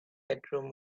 bedroom